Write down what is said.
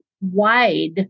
wide